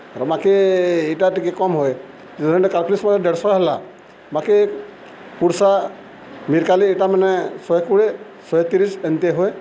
ଆର୍ ବାକି ଇଟା ଟିକେ କମ୍ ହୁଏ କାର୍ପିଲିସ୍ ମ ଦେଢ଼ଶହ ହେଲା ମାକେ କୁର୍ଷା ମିରକାଲି ଇଟାମାନେ ଶହେ କୁଡ଼େ ଶହେ ତିରିଶ ଏମିତି ହୁଏ